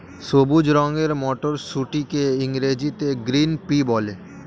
সবুজ রঙের মটরশুঁটিকে ইংরেজিতে গ্রিন পি বলে